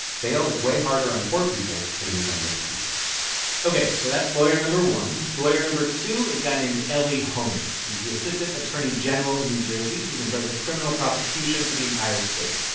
bail is way harder on poor people than it is on rich people ok, so that's lawyer number one. lawyer number two is a guy named elie honig. he's the assistant attorney general in new jersey. he's in charge of criminal prosecution for the entire state.